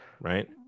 right